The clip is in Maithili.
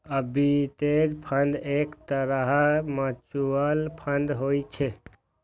आर्बिट्रेज फंड एक तरहक म्यूचुअल फंड होइ छै